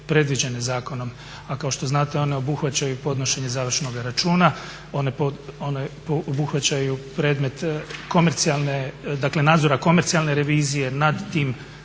zakonom, a kao što znate one obuhvaćaju podnošenje završnoga računa, one obuhvaćaju predmet nadzora komercijalne revizije nad tim